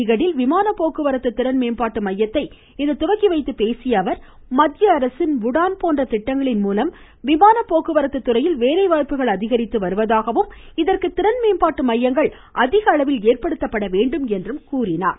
சண்டிகரில் விமானப்போக்குவரத்து திறன் மேம்பாட்டு மையத்தை இன்று துவக்கி வைத்து பேசிய அவர் மத்திய அரசின் உடான் போன்ற திட்டங்களின் மூலம் விமானப்போக்குவரத்து துறையில் வேலைவாய்ப்புகள் அதிகரித்து வருவதாகவும் இதற்கு திறன் மேம்பாட்டு மையங்கள் அதிகளவில் ஏற்படுத்தப்பட வேண்டும் என்றும் கூறினார்